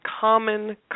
common